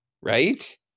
Right